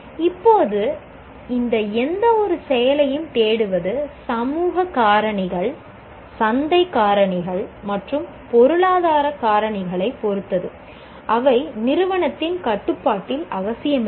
இப்போது இந்த எந்தவொரு செயலையும் தேடுவது சமூக காரணிகள் சந்தைக் காரணிகள் மற்றும் பொருளாதார காரணிகளைப் பொறுத்தது அவை நிறுவனத்தின் கட்டுப்பாட்டில் அவசியமில்லை